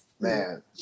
Man